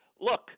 look –